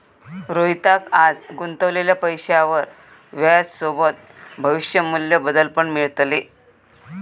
रोहितका आज गुंतवलेल्या पैशावर व्याजसोबत भविष्य मू्ल्य बदल पण मिळतले